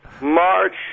March